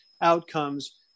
outcomes